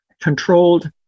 controlled